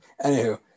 Anywho